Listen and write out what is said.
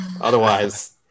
otherwise